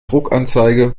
druckanzeige